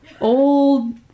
old